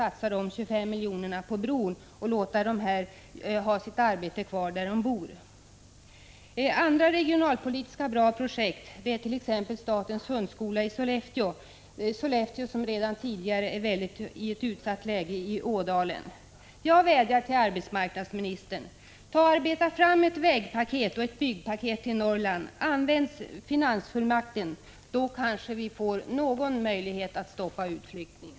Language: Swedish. Det är bättre att satsa dessa pengar på bron och låta de anställda ha sitt arbete kvar där de bor. Ett annat bra regionalpolitiskt projekt är statens hundskola i Sollefteå. Sollefteå är redan tidigare i ett utsatt läge i Ådalen. Jag vädjar till arbetsmarknadsministern: Arbeta fram ett vägoch ett byggpaket för Norrland! Använd finansfullmakten! Då kanske vi får någon möjlighet att stoppa utflyttningen.